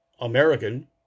American